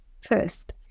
first